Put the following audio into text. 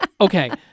Okay